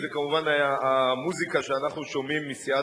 וזה כמובן המוזיקה שאנחנו שומעים מסיעת